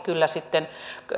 kyllä sitten